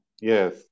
Yes